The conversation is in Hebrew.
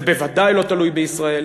זה בוודאי לא תלוי בישראל,